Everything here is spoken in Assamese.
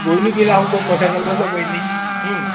গৈনো কি লাভ হ'ব পইচাগালহে যাব এনেই